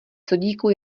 sodíku